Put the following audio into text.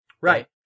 Right